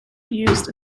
used